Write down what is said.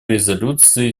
резолюции